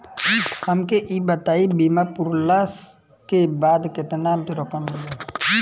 हमके ई बताईं बीमा पुरला के बाद केतना रकम मिली?